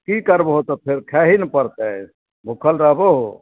कि करबहो तऽ फेर खाइए ने पड़तै भुखल रहबहो